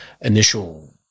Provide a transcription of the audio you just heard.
initial